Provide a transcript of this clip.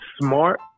smart